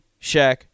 Shaq